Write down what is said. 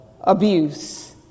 abuse